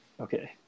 Okay